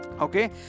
okay